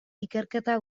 ikerketa